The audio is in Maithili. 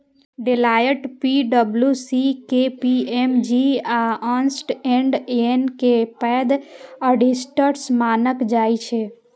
डेलॉएट, पी.डब्ल्यू.सी, के.पी.एम.जी आ अर्न्स्ट एंड यंग कें पैघ ऑडिटर्स मानल जाइ छै